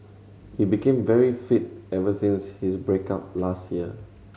he became very fit ever since his break up last year